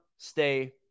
Stay